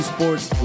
Sports